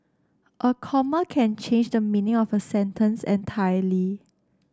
a comma can change the meaning of a sentence entirely